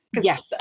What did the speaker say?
Yes